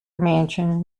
mansion